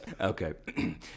Okay